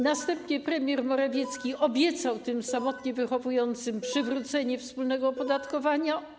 Następnie premier Morawiecki obiecał tym samotnie wychowującym przywrócenie wspólnego opodatkowania.